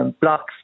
blocks